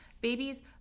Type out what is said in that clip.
Babies